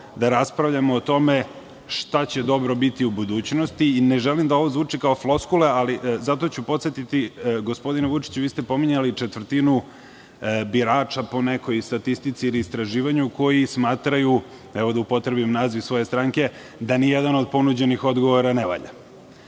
da raspravljamo o tome šta će dobro biti u budućnosti i ne želi da ovo zvuči kao floskula, ali podsetiću gospodina Vučića, pominjali ste četvrtinu birača po nekoj statistici ili istraživanju koji smatraju, da upotrebnim naziv svoje stranke, da nijedan od ponuđenih odgovora ne valja. Da